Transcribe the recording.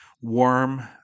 warm